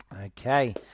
Okay